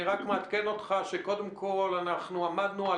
אני רק מעדכן אותך שקודם כול אנחנו עמדנו על